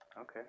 okay